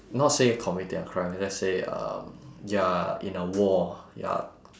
not say you committed a crime let's say um you're in a war you're